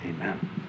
Amen